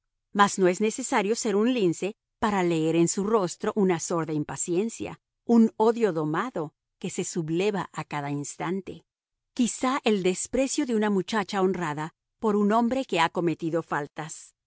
mas no es necesario ser un lince para leer en su rostro una sorda impaciencia un odio domado que se subleva a cada instante quizás el desprecio de una muchacha honrada por un hombre que ha cometido faltas